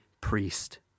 priest